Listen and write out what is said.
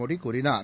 மோடி கூறினார்